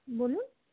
বলুন